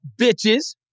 bitches